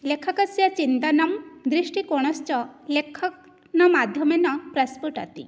लेखकस्य चिन्तनं दृष्टिकोनश्च लेखन माध्यमेन प्रस्फुटति